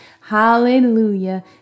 Hallelujah